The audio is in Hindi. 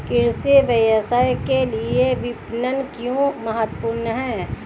कृषि व्यवसाय के लिए विपणन क्यों महत्वपूर्ण है?